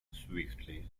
swiftly